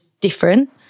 different